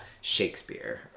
Shakespeare